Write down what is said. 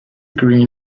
green